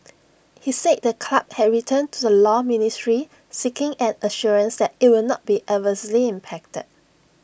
he said the club had written to the law ministry seeking an assurance that IT would not be adversely impacted